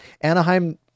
Anaheim